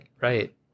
right